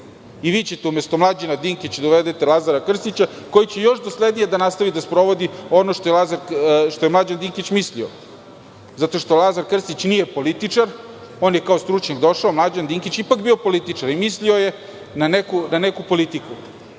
Vi ćete umesto Mlađana Dinkića da uvedete Lazara Krstića koji će još doslednije da nastavi da sprovodi ono što je Mlađan Dinkić mislio. Zato što Lazar Krstić nije političar, on je kao stručnjak došao, a Mlađan Dinkić je ipak bio političar i mislio je na neku politiku.